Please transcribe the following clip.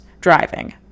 driving